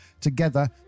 together